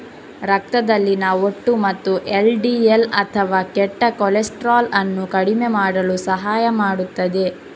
ರಕ್ತದಲ್ಲಿನ ಒಟ್ಟು ಮತ್ತು ಎಲ್.ಡಿ.ಎಲ್ ಅಥವಾ ಕೆಟ್ಟ ಕೊಲೆಸ್ಟ್ರಾಲ್ ಅನ್ನು ಕಡಿಮೆ ಮಾಡಲು ಸಹಾಯ ಮಾಡುತ್ತದೆ